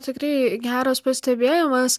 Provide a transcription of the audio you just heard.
tikrai geras pastebėjimas